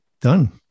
done